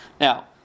Now